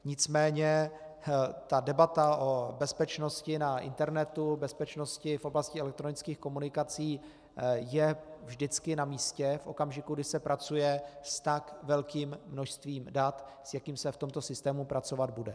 Nicméně debata o bezpečnosti na internetu, bezpečnosti v oblasti elektronických komunikací je vždycky namístě v okamžiku, kdy se pracuje s tak velkým množstvím dat, s jakým se v tomto systému pracovat bude.